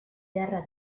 beharra